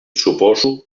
suposo